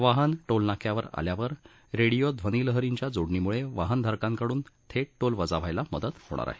वाहन टोलनाक्यावर आल्यावर रेडीओ ध्वनीलहरींच्या जोडणीम्ळे वाहन धारकांकडून थेट टोल वजा व्हायला मदत होणार आहे